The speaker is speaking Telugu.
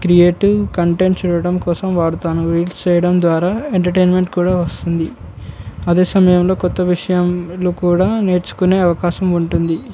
క్రియేటివ్ కంటెంట్ చూడడం కోసం వాడతాను రీల్స్ చేయడం ద్వారా ఎంటర్టైన్మెంట్ కూడా వస్తుంది అదే సమయంలో క్రొత్త విషయాలు కూడా నేర్చుకునే అవకాశం ఉంటుంది